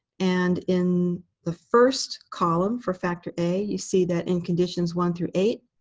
and in the first column for factor a, you see that in conditions one through eight,